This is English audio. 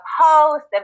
post